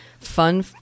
fun